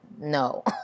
no